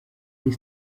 kuri